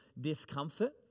discomfort